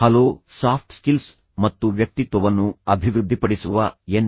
hello soft skills ಮತ್ತು ವ್ಯಕ್ತಿತ್ವವನ್ನು ಅಭಿವೃದ್ಧಿಪಡಿಸುವ ಎನ್